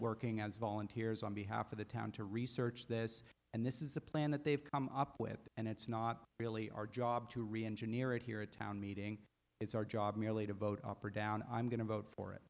working as volunteers on behalf of the town to research this and this is the plan that they've come up with and it's not really our job to reengineer it here a town meeting it's our job merely to vote up or down i'm going to vote for it